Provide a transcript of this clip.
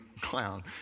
clown